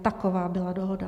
Taková byla dohoda.